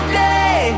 day